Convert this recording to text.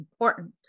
Important